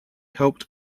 helped